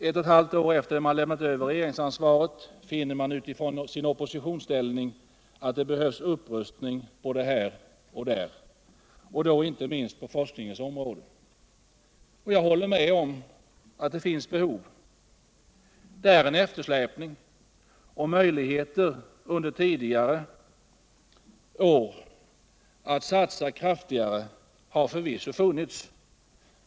Ett och ett halvt år efter det att man lämnat över regeringsansvaret finner man utifrån sin oppositionsställning att det behövs — Nr 150 upprustning både här och där, inte minst på forskningsområdet. Jag håller Onsdagen den med om att det finns behov. Det föreligger en eftersläpning. Under tidigare år 24 maj 1978 har förvisso funnits möjligheter att satsa kraftigare.